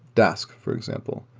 dask, for example.